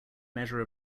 measure